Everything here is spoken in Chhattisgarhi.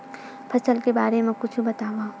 फसल के बारे मा कुछु बतावव